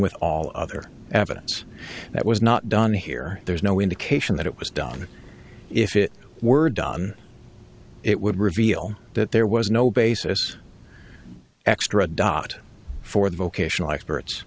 with all other evidence that was not done here there's no indication that it was done if it were done it would reveal that there was no basis extra dot for the vocational expert